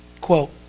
quote